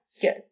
Good